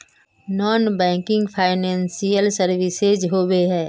Non banking financial services होबे है?